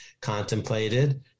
contemplated